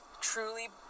truly